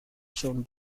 shown